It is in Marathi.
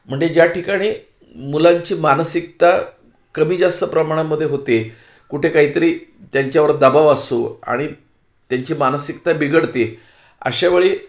म्हणजे ज्या ठिकाणी मुलांची मानसिकता कमी जास्त प्रमाणामध्ये होते कुठे काहीतरी त्यांच्यावर दबाव असतो आणि त्यांची मानसिकता बिघडते अशा वेळी